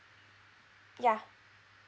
yeah